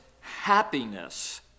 happiness